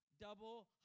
double